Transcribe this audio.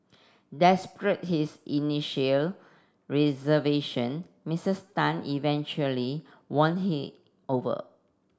his initial reservation Misses Tan eventually won he over